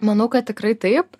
manau kad tikrai taip